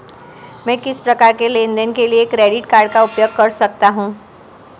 मैं किस प्रकार के लेनदेन के लिए क्रेडिट कार्ड का उपयोग कर सकता हूं?